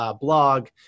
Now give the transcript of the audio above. blog